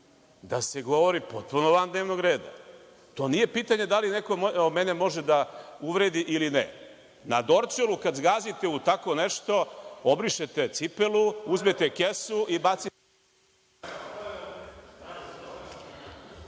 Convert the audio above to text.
da se govori potpuno van dnevnog reda. To nije pitanje da li neko mene može da uvredi ili ne. Na Dorćolu kad zgazite u tako nešto, obrišete cipelu, uzmete kesu i bacite…